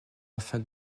afin